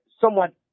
somewhat